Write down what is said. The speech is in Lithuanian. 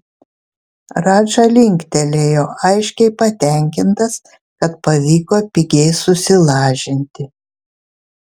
radža linktelėjo aiškiai patenkintas kad pavyko pigiai susilažinti